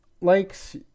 Likes